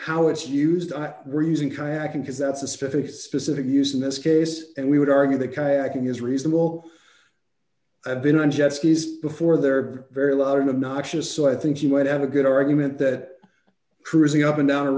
how it's used i reason kayaking because that's a specific specific use in this case and we would argue that kayaking is reasonable i've been on jet skis before they're very loud and obnoxious so i think he would have a good argument that cruising up and down the